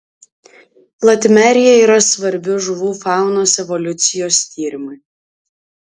latimerija yra svarbi žuvų faunos evoliucijos tyrimui